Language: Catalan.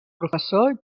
professor